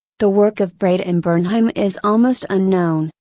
the work of braid and bernheim is almost unknown,